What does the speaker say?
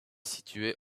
située